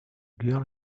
girl